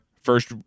first